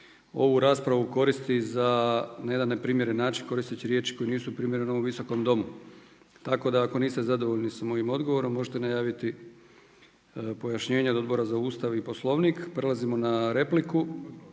ovu raspravu koristi za jedan neprimjeren način koristeći riječi koje nisu primjerene ovom visokom domu. Tako ako niste zadovoljni sa mojim odgovorom možete najaviti pojašnjenja od Odbora za Ustav i Poslovnik. Prelazimo na odgovor